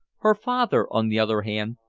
her father, on the other hand,